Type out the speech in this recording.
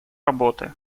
работы